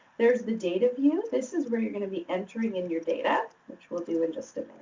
there's the data view. this is where you're going to be entering in your data, which we'll do in just a